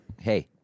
hey